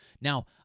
Now